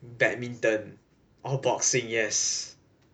badminton or boxing yes